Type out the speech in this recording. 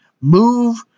Move